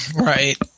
Right